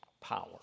power